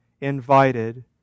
invited